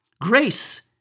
Grace